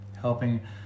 helping